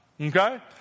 okay